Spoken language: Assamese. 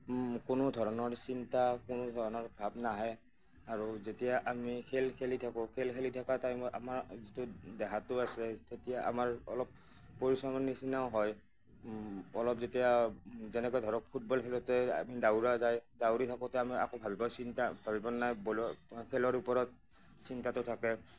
কোনো ধৰণৰ চিন্তা কোনো ধৰণৰ ভাব নাহে আৰু যেতিয়া আমি খেল খেলি থাকোঁ খেল খেলি থকা টাইমত আমাৰ যিটো দেহাটো আছে তেতিয়া আমাৰ অলপ পৰিশ্ৰমৰ নিচিনাও হয় অলপ যেতিয়া যেনেকৈ ধৰক ফুটবল খেলোঁতে আমি দৌৰা যায় দৌৰি থাকোঁতে আমাৰ একো ভাবিবৰ বেয়া চিন্তা ভাবিবৰ নাই বলৰ খেলৰ ওপৰত চিন্তাতো থাকে